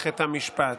מערכת המשפט.